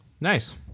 Nice